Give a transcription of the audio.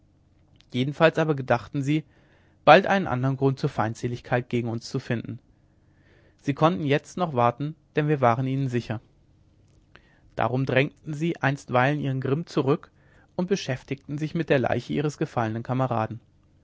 jedenfalls aber gedachten sie bald einen andern grund zur feindseligkeit gegen uns zu finden sie konnten jetzt noch warten denn wir waren ihnen sicher darum drängten sie einstweilen ihren grimm zurück und beschäftigten sich mit der leiche ihres gefallenen kameraden